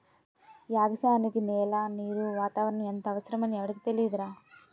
ఎగసాయానికి నేల, నీరు, వాతావరణం ఎంతో అవసరమని ఎవుడికి తెలియదురా